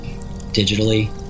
digitally